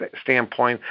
standpoint